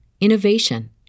innovation